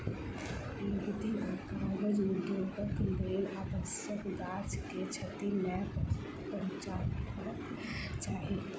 लुगदी आ कागज उद्योगक लेल अनावश्यक गाछ के क्षति नै पहुँचयबाक चाही